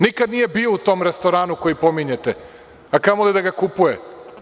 Nikad nije bio u tom restoranu koji pominjete, a kamo li da ga kupujete.